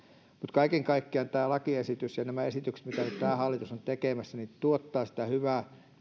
kaiken kaikkiaan tämä lakiesitys ja nämä esitykset mitä nyt tämä hallitus on tekemässä tuottaa sitä hyvää